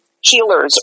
healers